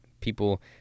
people